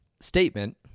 statement